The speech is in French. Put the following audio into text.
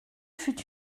fut